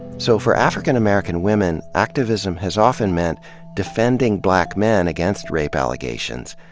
so for african american women, activism has often meant defending black men against rape allegations,